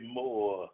more